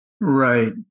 Right